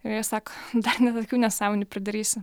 jie sako dar ne tokių nesąmonių pridarysi